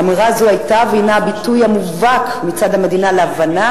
אמירה זו היתה והינה הביטוי המובהק מצד המדינה להבנה